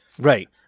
Right